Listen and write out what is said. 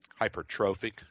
hypertrophic